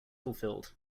fulfilled